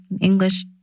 English